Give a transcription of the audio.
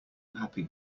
happy